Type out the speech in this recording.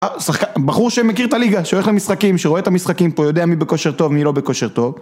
בחור שמכיר את הליגה, שהולך למשחקים, שרואה את המשחקים פה, יודע מי בכושר טוב, מי לא בכושר טוב